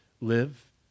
live